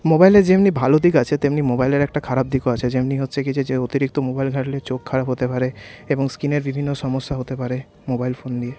মোবাইলের যেমনি ভালো দিক আছে তেমনি মোবাইলের একটা খারাপ দিকও আছে যেমনি হচ্ছে গিয়ে যে অতিরিক্ত মোবাইল ঘাটলে চোখ খারাপ হতে পারে এবং স্কিনের বিভিন্ন সমস্যা হতে পারে মোবাইল ফোন নিয়ে